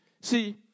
See